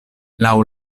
laŭ